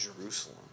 Jerusalem